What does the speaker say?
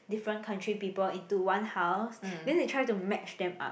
different country people into one house then they try to match them up